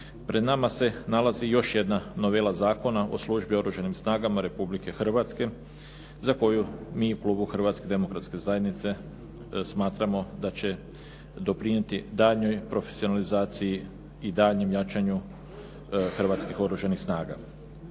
pred nama se nalazi još jedna novela Zakona o službi u Oružanim snagama Republike Hrvatske za koju mi u klubu Hrvatske demokratske zajednice smatramo da će doprinijeti daljnjoj profesionalizaciji i daljnjem jačanju hrvatskih Oružanih snaga.